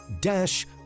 dash